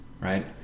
right